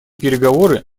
переговоры